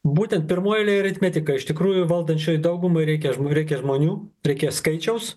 būtent pirmoj eilėj aritmetika iš tikrųjų valdančiai daugumai reikia reikia žmonių reikia skaičiaus